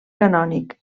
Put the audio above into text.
canònic